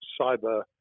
cyber